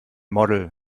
model